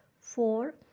Four